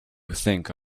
think